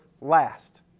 last